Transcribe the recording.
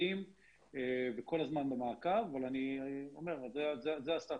זה כול הזמן במעקב אבל אני אומר שזה הסטטוס.